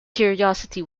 curiosity